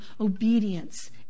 obedience